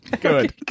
Good